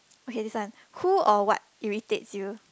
okay this one who or what irritates you